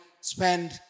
spend